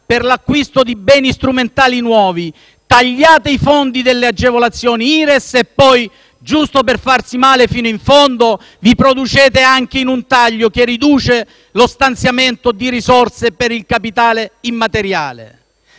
per l'acquisto di beni strumentali nuovi; tagliate i fondi delle agevolazioni Ires e, poi, giusto per farsi male fino in fondo, vi producete anche in un taglio che riduce lo stanziamento di risorse per il capitale immateriale.